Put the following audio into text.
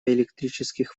электрических